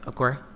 Okay